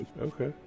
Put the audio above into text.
Okay